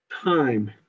time